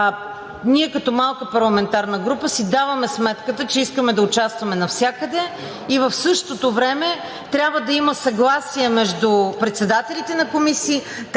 Ние като малка парламентарна група си даваме сметка, че искаме да участваме навсякъде и в същото време трябва да има съгласие между председателите на комисии,